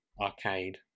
arcade